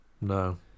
No